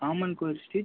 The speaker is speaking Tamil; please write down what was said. common Kovil street